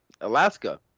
Alaska